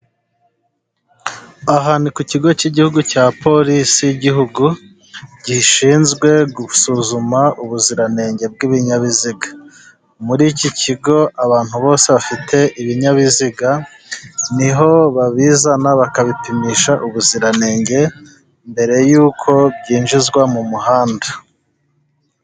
Ahantu ku kigo cy'igihugu cya polisi y'igihugu, gishinzwe gusuzuma ubuziranenge bw'ibinyabiziga, muri iki kigo abantu bose bafite ibinyabiziga ni ho babizana, bakabipimisha ubuziranenge mbere y'uko byinjizwa mu muhanda.